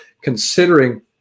considering